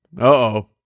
Uh-oh